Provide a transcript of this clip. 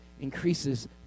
increases